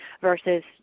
versus